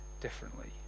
differently